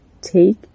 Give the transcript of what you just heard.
take